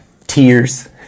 Tears